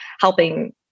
helping